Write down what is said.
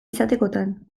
izatekotan